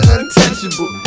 Untouchable